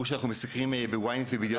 מדובר בנושא שאנחנו מסקרים ב- Ynet וב- ׳ידיעות